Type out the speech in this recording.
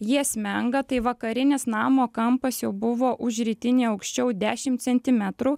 jie smenga tai vakarinis namo kampas jau buvo už rytinį aukščiau dešim centimetrų